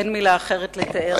אין מלה אחרת לתאר את הדברים.